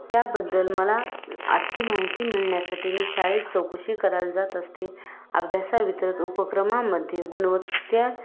त्याबद्दल मला आत्ती माहिती मिळण्यासाठी मी शाळेत चौकशी करायला जात असते अभ्यासा वितरत उपक्रमामध्ये गुणवत्ता